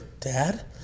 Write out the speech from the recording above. dad